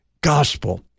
gospel